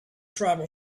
tribal